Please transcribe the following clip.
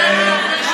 נפלא.